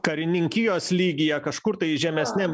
karininkijos lygyje kažkur tai žemesniam